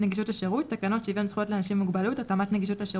"תומך בקבלת החלטות" כמשמעותו בסעיף